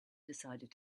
decided